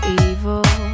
evil